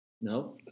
No